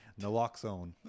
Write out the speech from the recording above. naloxone